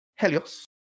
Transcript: Helios